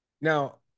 Now